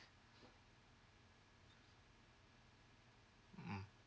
mm